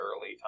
early